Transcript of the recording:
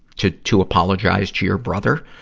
to, to apologize to your brother